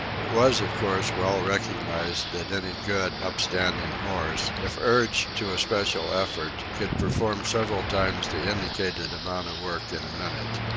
it was, of course, well recognised that any good, upstanding horse, if urged to a special effort, could perform several times the indicated amount of work in a minute.